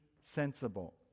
sensible